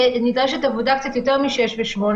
שנדרשת עבודה קצת יותר מ-6 ו-8,